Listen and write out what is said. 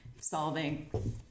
solving